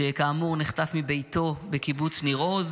שכאמור נחטף מביתו בקיבוץ ניר עוז,